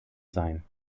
sein